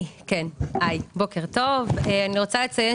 אני כן היי בוקר טוב אני רוצה לציין